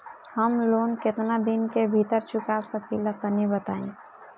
हम लोन केतना दिन के भीतर चुका सकिला तनि बताईं?